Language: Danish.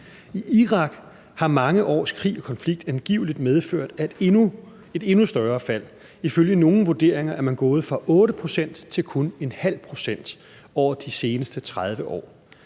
I Irak har mange års krig og konflikt angiveligt medført et endnu større fald. Ifølge nogle vurderinger er man gået fra 8 pct. til kun ½ pct. over de seneste 30 år.